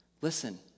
Listen